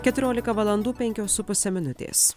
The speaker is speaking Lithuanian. keturiolika valandų penkios su puse minutės